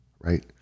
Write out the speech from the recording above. right